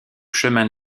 chemins